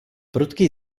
prudký